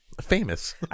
famous